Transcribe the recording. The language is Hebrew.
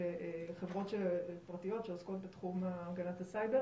חברות פרטיות שעוסקות בתחום הגנת הסייבר